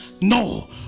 No